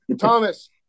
Thomas